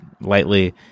lightly